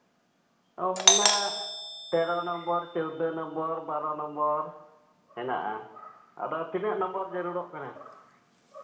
ᱚᱱᱟ ᱛᱮᱨᱚ ᱱᱚᱢᱵᱚᱨ ᱪᱳᱫᱽᱫᱚ ᱱᱚᱢᱵᱚᱨ ᱵᱟᱨᱚ ᱱᱚᱢᱵᱚᱨ ᱦᱮᱱᱟᱜᱼᱟ ᱟᱫᱚ ᱛᱤᱱᱟᱹᱜ ᱱᱚᱢᱵᱚᱨ ᱡᱟᱹᱨᱩᱲᱚᱜ ᱠᱟᱱᱟ